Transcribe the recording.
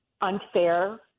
unfair